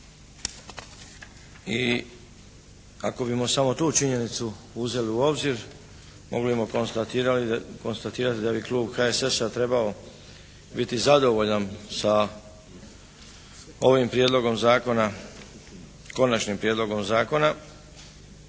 i ako bismo samo tu činjenicu uzeli u obzir mogli bismo konstatirati da bi klub HSS-a trebao biti zadovoljan sa ovim prijedlogom zakona, konačnim prijedlogom zakona.